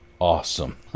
awesome